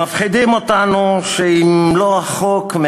מפחידים אותנו שאם לא החוק,